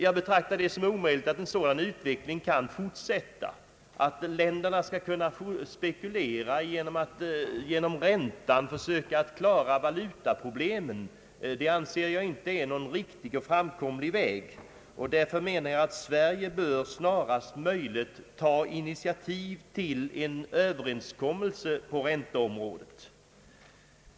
Jag betraktar det som omöjligt att en sådan utveckling kan fortsätta, att länderna skall kunna spekulera och via räntan försöka klara sina valutaproblem. Det anser jag inte vara någon riktig och framkomlig väg. Därför menar jag att Sverige snarast bör ta initiativ till en överenskommelse på ränteområdet.